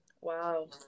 Wow